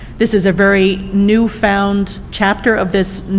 this is a very new found chapter of this